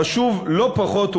חשוב לא פחות,